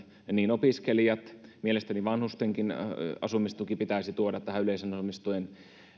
opiskelijat mielestäni vanhuksetkin pitäisi tuoda tähän yleisen asumistuen